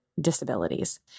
disabilities